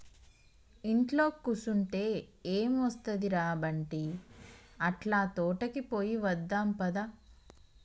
ఇంట్లో కుసంటే ఎం ఒస్తది ర బంటీ, అట్లా తోటకి పోయి వద్దాం పద